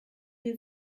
sie